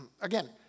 again